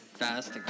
fast